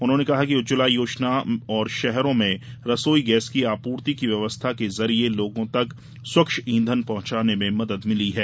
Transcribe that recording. उन्होंने कहा कि उज्जवला योजना और शहरों में रसोई गैस की आपूर्ति की व्यवस्था के जरिये लोगों तक स्वच्छ ईंधन पहुंचाने में मदद मिली है